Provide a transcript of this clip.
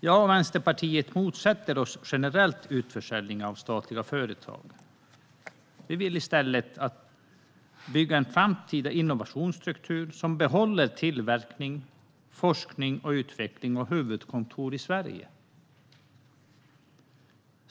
Jag och Vänsterpartiet motsätter oss generellt utförsäljningar av statliga företag. Vi vill i stället bygga en framtida innovationsstruktur som behåller tillverkning, forskning och utveckling och huvudkontor i Sverige.